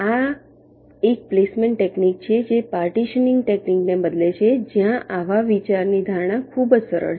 આ એક placement technique છે જે પાર્ટીશનીંગ ટેકનિકને બદલે છે જ્યાં આવા વિચારની ધારણા ખૂબ જ સરળ છે